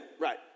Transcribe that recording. right